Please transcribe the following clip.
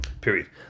Period